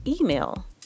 email